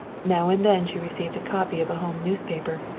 now and then she received a copy of a home newspaper,